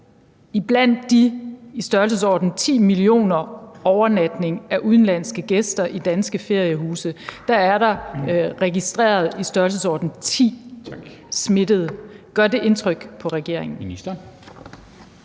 iblandt de i størrelsesordenen 10 millioner overnatninger af udenlandske gæster i danske feriehuse er registreret i størrelsesordenen 10 smittede. Gør det indtryk på regeringen?